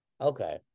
Okay